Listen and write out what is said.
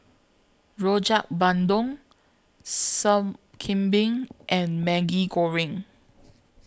Rojak Bandung Sup Kambing and Maggi Goreng